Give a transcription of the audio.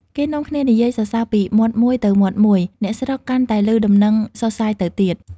គេនាំគ្នានិយាយសរសើរពីមាត់មួយទៅមាត់មួយ អ្នកស្រុកកាន់តែឮដំណឹងសុសសាយទៅទៀត។